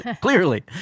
clearly